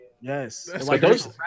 Yes